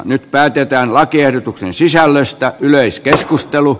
nyt päätetään lakiehdotuksen sisällöstä yleiskeskustelu